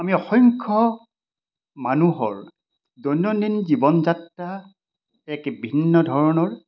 আমি অসংখ্য মানুহৰ দৈনন্দিন জীৱন যাত্ৰা এক ভিন্ন ধৰণৰ